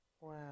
Wow